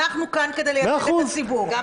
אנחנו כאן כדי לייצג את הציבור.